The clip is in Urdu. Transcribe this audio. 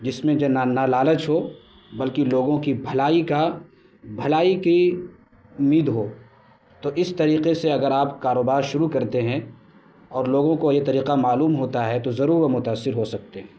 جس میں جو نہ لالچ ہو بلکہ لوگوں کی بھلائی کا بھلائی کی امید ہو تو اس طریقے سے اگر آپ کاروبار شروع کرتے ہیں اور لوگوں کو یہ طریقہ معلوم ہوتا ہے تو ضرور وہ متأثر ہو سکتے ہیں